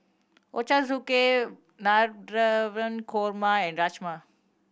Ochazuke Navratan Korma and Rajma